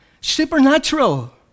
Supernatural